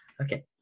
Okay